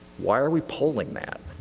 why are we polling that?